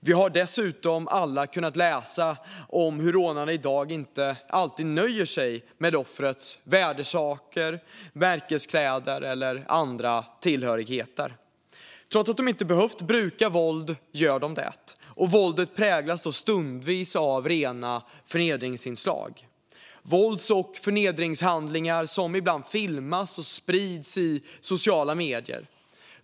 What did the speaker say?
Vi har dessutom alla kunnat läsa om hur rånarna i dag inte alltid nöjer sig med offrets värdesaker, märkeskläder eller andra tillhörigheter. Trots att de inte behöver bruka våld gör de det. Våldet präglas då stundvis av rena förnedringsinslag. Vålds och förnedringshandlingar filmas ibland och sprids i sociala medier.